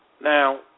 now